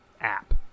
app